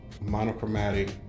monochromatic